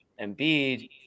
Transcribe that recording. Embiid